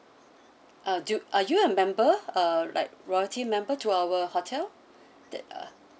uh do are you a member uh like royalty member to our hotel the uh